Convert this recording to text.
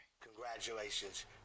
Congratulations